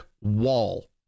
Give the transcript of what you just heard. wall